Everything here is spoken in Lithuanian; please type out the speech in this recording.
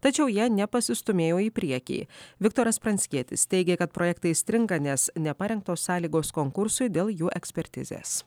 tačiau jie nepasistūmėjo į priekį viktoras pranckietis teigia kad projektai stringa nes neparengtos sąlygos konkursui dėl jų ekspertizės